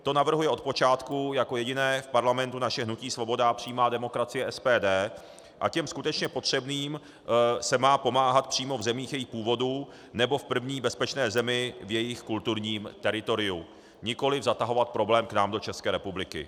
To navrhuje odpočátku jako jediné v parlamentu naše hnutí Svoboda a přímá demokracie, SPD, a těm skutečně potřebným se má pomáhat přímo v zemích jejich původu nebo v první bezpečné zemi v jejich kulturním teritoriu, nikoli zatahovat problém k nám do České republiky.